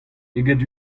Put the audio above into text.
eget